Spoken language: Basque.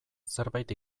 zerbait